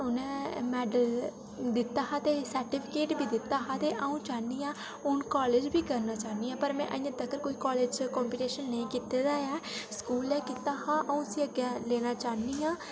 medal दिता हा ते सर्टीफिकेट बी दित्ता हा ते अ'ऊं चाह्न्नी आं ते हून कालेज बी करना चाह्न्नी आं पर में अजें तक्कर कोई कालेज च कंपीटिशन नेईं कीते दा ऐ स्कूल गै कीता हा अ'ऊं उसी अग्गें लैना चाह्न्नी आं